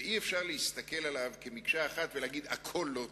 ואי-אפשר להסתכל עליו כמקשה אחת ולהגיד: הכול לא טוב.